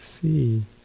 see